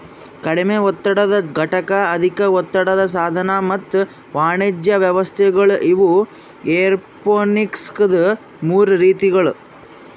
ಕಡಿಮೆ ಒತ್ತಡದ ಘಟಕ, ಅಧಿಕ ಒತ್ತಡದ ಸಾಧನ ಮತ್ತ ವಾಣಿಜ್ಯ ವ್ಯವಸ್ಥೆಗೊಳ್ ಇವು ಏರೋಪೋನಿಕ್ಸದು ಮೂರು ರೀತಿಗೊಳ್